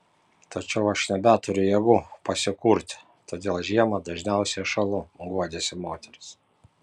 tačiau aš nebeturiu jėgų pasikurti todėl žiemą dažniausiai šąlu guodėsi moteris